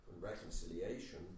reconciliation